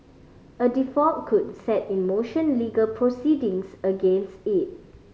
a default could set in motion legal proceedings against it